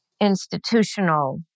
institutional